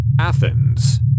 Athens